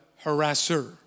harasser